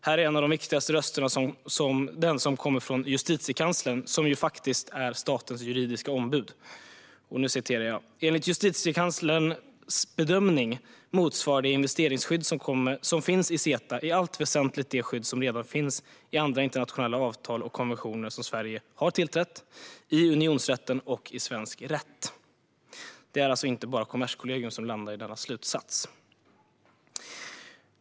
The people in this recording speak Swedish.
Här är en av de viktigaste rösterna den som kommer från Justitiekanslern, som ju faktiskt är statens juridiska ombud: Enligt Justitiekanslerns bedömning motsvarar det investeringsskydd som finns i CETA i allt väsentligt det skydd som redan finns i andra internationella avtal och konventioner som Sverige har tillträtt i unionsrätten och i svensk rätt. Det är alltså inte bara Kommerskollegium som landar i denna slutsats.